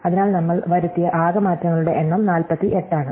അതിനാൽ നമ്മൾ വരുത്തിയ ആകെ മാറ്റങ്ങളുടെ എണ്ണം 48 ആണ്